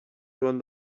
joan